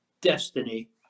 destiny